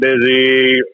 busy